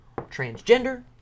transgender